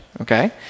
okay